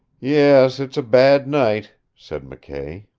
yes, it's a bad night, said mckay.